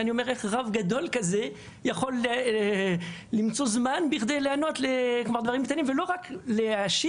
ואני שואל את עצמי איך רב גדול כזה יכול למצוא זמן לא רק להשיב